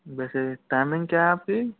वैसे टाइमिंग क्या है आपकी